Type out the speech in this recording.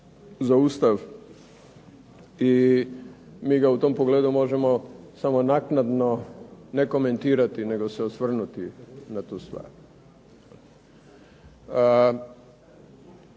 za Ustav i mi ga u tom pogledu možemo samo naknadno ne komentirati nego se osvrnuti na tu stvar.